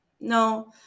no